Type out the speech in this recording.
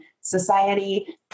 society